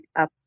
up